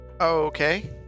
Okay